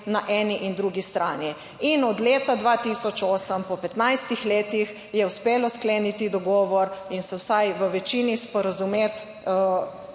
na eni in drugi strani. In od leta 2008, po 15 letih, je uspelo skleniti dogovor in se vsaj v večini sporazumeti,